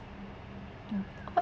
uh